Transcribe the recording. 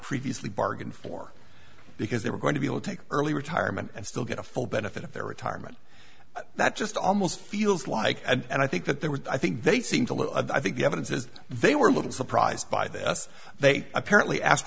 previously bargained for because they were going to be able to take early retirement and still get a full benefit of their retirement that just almost feels like and i think that there were i think they seemed a little i think the evidence is they were a little surprised by this they apparently asked